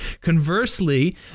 Conversely